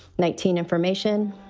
nineteen information,